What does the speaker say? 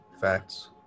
Facts